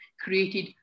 created